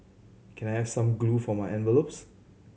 can I have some glue for my envelopes